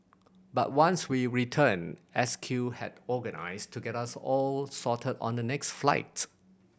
but once we returned S Q had organised to get us all sorted on the next flights